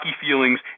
feelings